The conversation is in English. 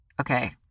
Okay